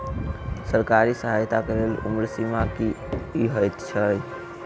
सरकारी सहायता केँ लेल उम्र सीमा की हएत छई?